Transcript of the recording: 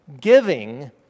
Giving